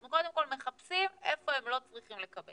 אנחנו קודם כל מחפשים איפה הם לא צריכים לקבל.